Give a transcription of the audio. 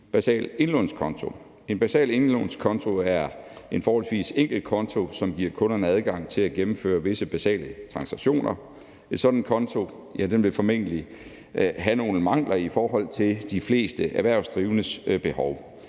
basal indlånskonto. En basal indlånskonto er en forholdsvis enkel konto, som giver kunderne adgang til at gennemføre visse basale transaktioner. En sådan konto vil formentlig have nogle mangler i forhold til de fleste erhvervsdrivendes behov.